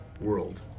world